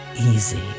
easy